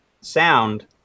sound